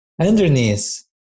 underneath